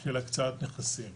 של הקצאת נכסים.